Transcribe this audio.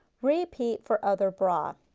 repeat for other bra.